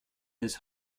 his